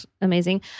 amazing